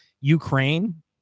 Ukraine